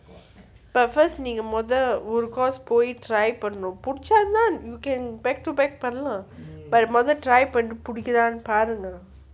but first நீங்க மொத ஒரு:nenga motha oru course போய்:pooi try பண்ணணும் பிடிச்சா னா:pannanum pidichaa na you can back to back பண்ணலாம்:pannalaam but மொத:motha try பண்ணி பிடிக்குதானு பாருங்க:panni pidikuthaanu paarunga